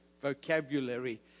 vocabulary